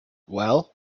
well